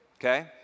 okay